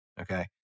okay